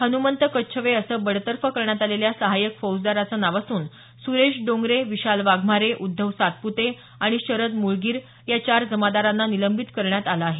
हनुमंत कच्छवे असं बडतर्फ करण्यात आलेल्या सहायक फौजदाराचं नाव असून सुरेश डोंगरे विशाल वाघमारे उद्धव सातपुते आणि शरद मुळगीर या चार जमादारांना निलंबित करण्यात आलं आहे